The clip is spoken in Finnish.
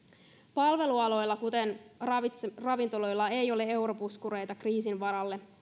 palvelualoilla kuten ravintoloilla ravintoloilla ei ole europuskureita kriisin varalle